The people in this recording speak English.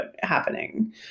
happening